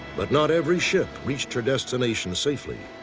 but not every ship reached her destination safely.